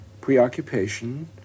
Preoccupation